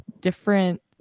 different